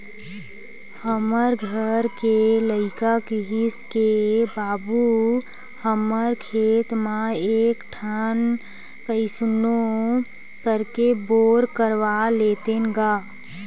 हमर घर के लइका किहिस के बाबू हमर खेत म एक ठन कइसनो करके बोर करवा लेतेन गा